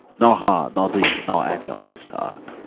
nor her, nor thee, nor any of thy stock.